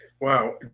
wow